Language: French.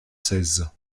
seize